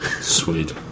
Sweet